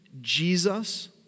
Jesus